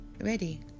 ready